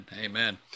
Amen